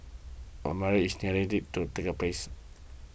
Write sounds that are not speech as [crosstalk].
but the marriage is [unintelligible] do take place